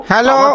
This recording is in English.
Hello